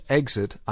exit